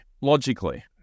logically